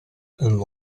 and